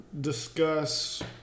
discuss